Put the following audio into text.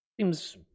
seems